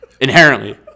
Inherently